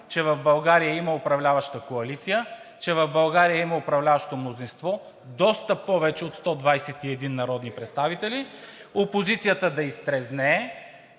че в България има управляваща коалиция, че в България има управляващо мнозинство доста повече от 121 народни представители, опозицията да изтрезнее,